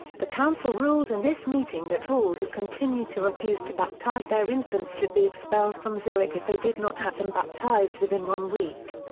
the council ruled in this meeting that all who continued to refuse to baptize their infants should be expelled from zurich if they did not have them baptized within one week.